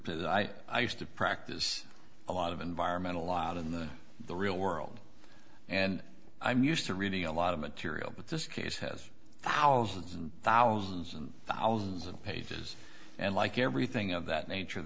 that i i used to practice a lot of environmental out in the the real world and i'm used to reading a lot of material but this case has thousands and thousands and thousands of pages and like everything of that nature